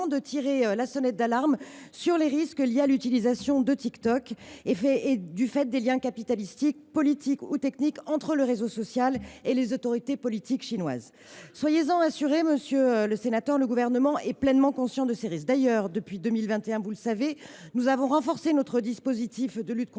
de tirer la sonnette d’alarme quant aux risques liés à l’utilisation de TikTok du fait des liens capitalistiques, politiques et techniques existant entre le réseau social et les autorités politiques chinoises. Soyez en assuré, monsieur le sénateur, le Gouvernement est pleinement conscient de ces risques. D’ailleurs, depuis 2021, vous le savez, nous avons renforcé notre dispositif de lutte contre